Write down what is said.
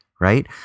right